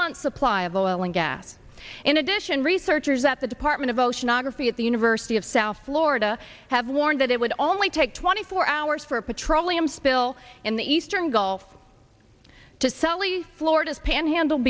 month supply of oil and gas in addition researchers at the department of oceanography at the university of south florida have warned that it would only take twenty four hours for a petroleum spill in the eastern gulf to selly florida's panhandle